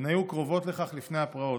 הן היו קרובות לכך לפני הפרעות.